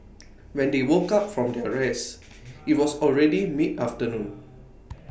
when they woke up from their rest IT was already midafternoon